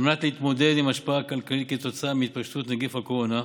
על מנת להתמודד עם השפעה כלכלית כתוצאה מהתאוששות נגיף הקורונה,